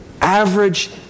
average